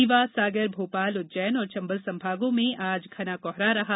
रीवा सागर भोपाल उज्जैन और चम्बल संभागों में आज घना कोहरा रहा